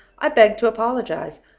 i beg to apologize.